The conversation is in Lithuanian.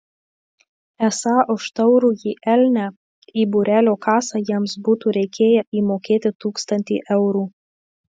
esą už taurųjį elnią į būrelio kasą jiems būtų reikėję įmokėti tūkstantį eurų